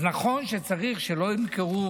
אז נכון שצריך שלא ימכרו